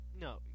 No